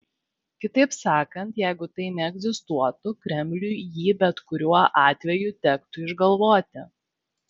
kitaip sakant jeigu tai neegzistuotų kremliui jį bet kurio atveju tektų išgalvoti